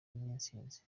intsinzi